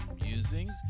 Musings